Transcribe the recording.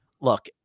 look